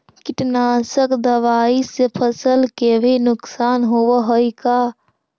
कीटनाशक दबाइ से फसल के भी नुकसान होब हई का?